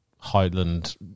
Highland